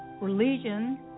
religion